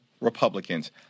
Republicans